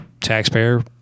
taxpayer